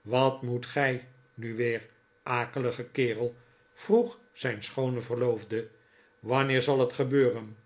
wat moet gij nu weer akelige kerel vroeg zijn schoone verloofde wanneer zal het gebeuren